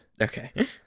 Okay